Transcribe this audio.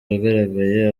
yagaragaye